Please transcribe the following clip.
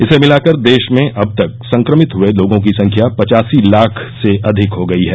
इसे मिलाकर देश में अब तक संक्रमित हुए लोगों की संख्या पचासी लाख से अधिक हो गई है